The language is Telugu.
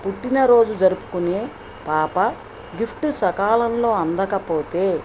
పుట్టినరోజు జరుపుకునే పాప గిఫ్ట్ సకాలంలో అందకపోతే